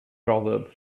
proverb